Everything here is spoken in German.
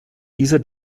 dieser